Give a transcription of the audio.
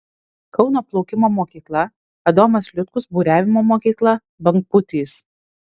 kauno plaukimo mokykla adomas liutkus buriavimo mokykla bangpūtys